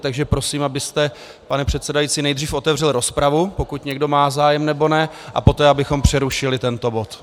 Takže prosím, pane předsedající, abyste nejdřív otevřel rozpravu, pokud někdo má zájem nebo ne, a poté abychom přerušili tento bod.